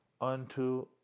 unto